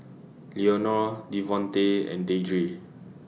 Leonore Devontae and Deidre